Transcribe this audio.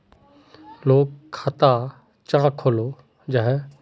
लोग खाता चाँ खोलो जाहा?